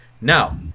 Now